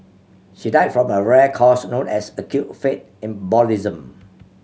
she died from a rare cause known as acute fat embolism